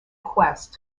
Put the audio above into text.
quest